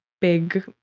big